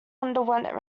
underwent